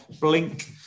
Blink